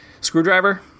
screwdriver